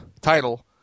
title